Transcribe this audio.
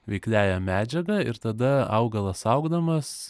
veikliąja medžiaga ir tada augalas augdamas